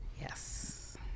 Yes